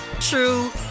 true